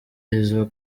n’izo